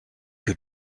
que